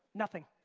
nothing.